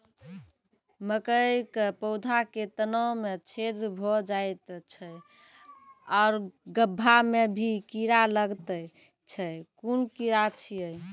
मकयक पौधा के तना मे छेद भो जायत छै आर गभ्भा मे भी कीड़ा लागतै छै कून कीड़ा छियै?